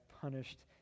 punished